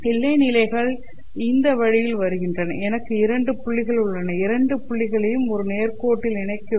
எல்லை நிலைகள் இந்த வழியில் வருகின்றன எனக்கு இரண்டு புள்ளிகள் உள்ளன இரண்டு புள்ளிகளையும் ஒரு நேர் கோட்டில் இணைக்க வேண்டும்